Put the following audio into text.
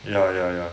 ya ya ya